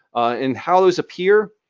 and how those appear,